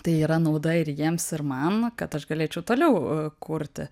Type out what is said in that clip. tai yra nauda ir jiems ir man kad aš galėčiau toliau kurti